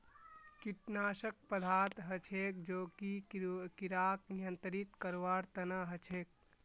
कीटनाशक पदार्थ हछेक जो कि किड़ाक नियंत्रित करवार तना हछेक